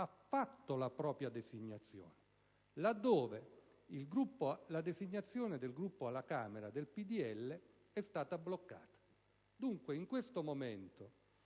ha fatto la propria designazione, laddove la designazione del Gruppo alla Camera del PdL è stata bloccata. Dunque, in questo momento,